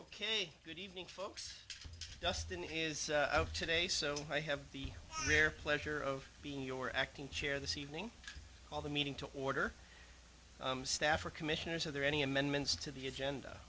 ok good evening folks dustin is today so i have the their pleasure of being your acting chair this evening all the meeting to order staff or commissioners are there any amendments to the agenda